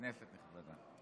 כנסת נכבדה,